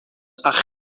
achub